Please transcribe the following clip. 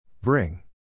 Bring